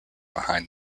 behind